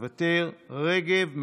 מוותר, רגב.